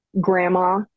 grandma